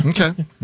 Okay